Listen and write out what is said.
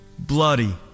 bloody